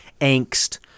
angst